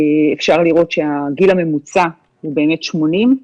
אפשר לראות שהגיל הממוצע הוא באמת 80,